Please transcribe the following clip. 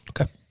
Okay